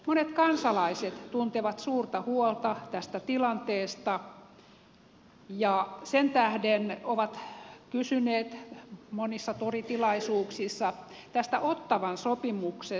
monet kansalaiset tuntevat suurta huolta tästä tilanteesta ja ovat sen tähden kysyneet monissa toritilaisuuksissa ottawan sopimuksesta